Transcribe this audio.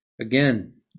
Again